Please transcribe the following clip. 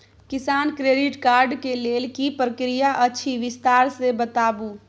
किसान credit card के लेल की प्रक्रिया अछि विस्तार से बताबू?